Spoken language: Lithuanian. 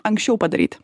anksčiau padaryt